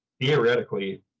theoretically